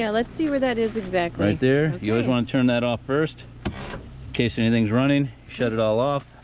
yeah let's see where that is exactly. right there. you always want to turn that off first, in case anything's running. shut it all off.